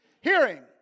Hearing